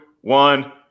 one